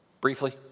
Briefly